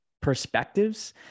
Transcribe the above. perspectives